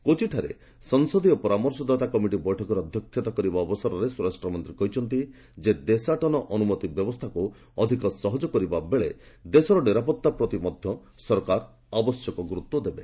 କୋଚିଠାରେ ସଂସଦୀୟ ପରାମର୍ଶଦାତା କମିଟି ବୈଠକରେ ଅଧ୍ୟକ୍ଷତା କରିବା ଅବସରରେ ସ୍ୱରାଷ୍ଟ୍ରମନ୍ତ୍ରୀ କହିଛନ୍ତି ଦେଶାଟନ ଅନୁମତି ବ୍ୟବସ୍ଥାକୁ ଅଧିକ ସହଜ କରିବା ବେଳେ ଦେଶର ନିରାପତ୍ତା ପ୍ରତି ମଧ୍ୟ ସରକାର ଆବଶ୍ୟକ ଗୁରୁତ୍ୱ ଦେବେ